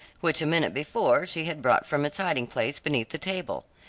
which a minute before she had brought from its hiding-place beneath the table.